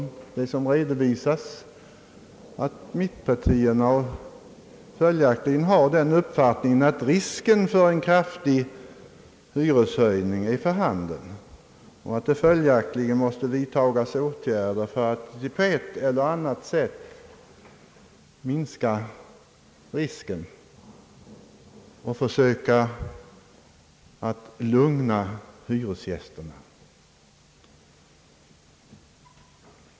Följaktligen redovisas att mittenpartierna har uppfattningen att risken för en kraftig hyreshöjning är för handen och att det måste vidtas åtgärder för att på ett eller annat sätt minska den risken och därmed lugna hyresgästerna.